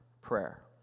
prayer